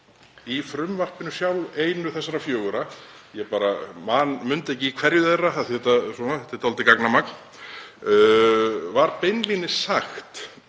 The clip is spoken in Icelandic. í frumvarpinu sjálfu, einu þessara fjögurra, ég bara mundi ekki í hverju þeirra, þetta er dálítið gagnamagn, var beinlínis sagt